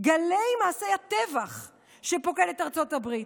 גלי מעשי הטבח שפוקדים את ארצות הברית,